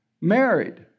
married